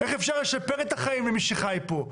איך אפשר לשפר את החיים למי שחי פה,